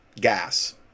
gas